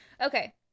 Okay